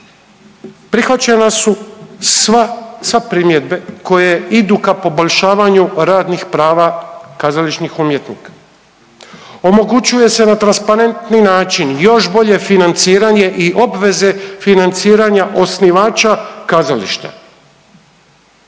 Prihvaćena su sva, sva primjedbe koje idu ka poboljšavanju radnih prava kazališnih umjetnika. Omogućuje se na transparentniji način još bolje financiranje i obveze financiranja osnivača kazališta.